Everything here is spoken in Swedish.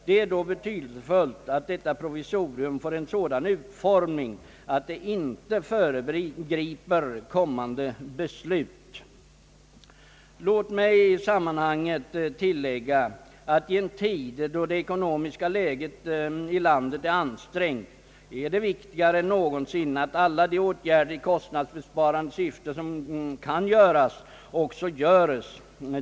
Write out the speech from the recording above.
Det är då betydelsefullt att detta provisorium får en sådan utformning att det inte föregriper kommande beslut. Låt mig i sammanhanget tillägga att i en tid då det ekonomiska läget i landet är ansträngt är det viktigare än någonsin att alla de åtgärder i kostnadsbesparande syfte som kan göras också göres.